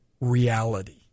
reality